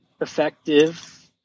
effective